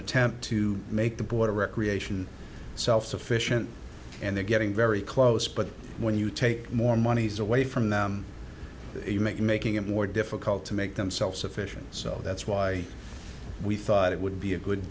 attempt to make the border recreation self sufficient and they're getting very close but when you take more monies away from them make making it more difficult to make them self sufficient so that's why we thought it would be a good